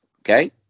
okay